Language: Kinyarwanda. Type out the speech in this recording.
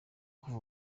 kuva